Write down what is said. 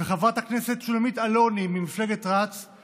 וחברת הכנסת שולמית אלוני ממפלגת רצ הם